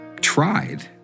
tried